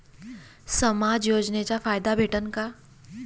समाज योजनेचा फायदा भेटन का?